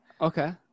okay